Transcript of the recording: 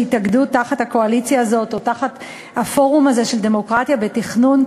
שהתאגדו תחת הקואליציה הזאת או תחת פורום דמוקרטיה בתכנון,